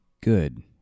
good